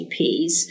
GPs